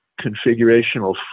configurational